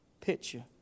picture